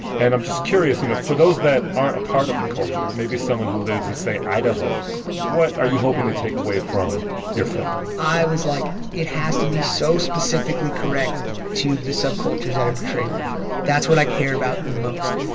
and i'm just curious, you know, for those that aren't a part of the culture maybe someone who lives in, say, idaho what are you hoping they take away from your film? i was like, it has to be so specifically correct to the subcultures that are portrayed in the film. that's what i care about the most.